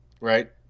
Right